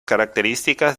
características